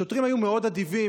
השוטרים היו מאוד אדיבים,